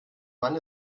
mann